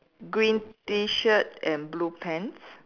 green T shirt and blue pants